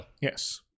Yes